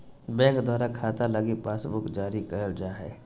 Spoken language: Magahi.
बैंक के द्वारा खाता लगी पासबुक जारी करल जा हय